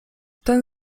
ten